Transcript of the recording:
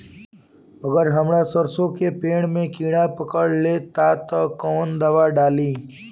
अगर हमार सरसो के पेड़ में किड़ा पकड़ ले ता तऽ कवन दावा डालि?